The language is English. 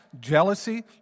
jealousy